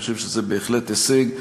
אני חושב שזה בהחלט הישג.